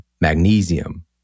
magnesium